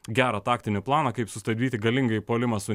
gerą taktinį planą kaip sustabdyti galingai puolimą su